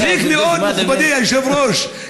מצחיק מאוד, מכובדי היושב-ראש.